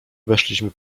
weszliśmy